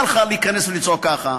למה לך להיכנס ולצעוק ככה?